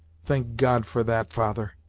thank god for that, father!